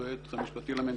אדוני היועץ המשפטי לממשלה,